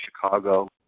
Chicago